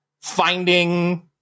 finding